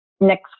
Next